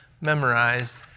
memorized